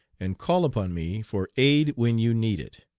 and call upon me for aid when you need it